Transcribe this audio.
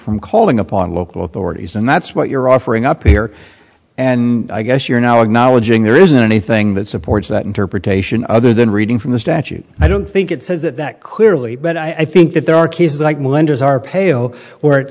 from calling upon local authorities and that's what you're offering up here and i guess you're now acknowledging there isn't anything that supports that interpretation other than reading from the statute i don't think it says it that clearly but i think that there are cases like melinda's are peo where it